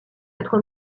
être